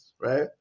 right